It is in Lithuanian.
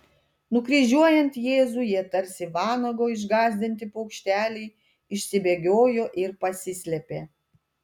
nukryžiuojant jėzų jie tarsi vanago išgąsdinti paukšteliai išsibėgiojo ir pasislėpė